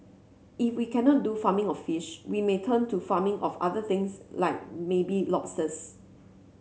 if we cannot do farming of fish we may turn to farming of other things like maybe lobsters